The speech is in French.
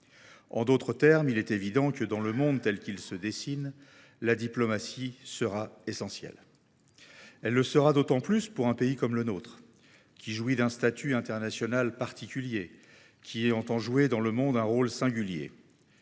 En d’autres termes, il est évident que, dans le monde tel qu’il se dessine, la diplomatie sera essentielle. Elle le sera d’autant plus pour un pays comme le nôtre, qui jouit d’un statut international particulier et qui entend jouer dans le monde un rôle singulier.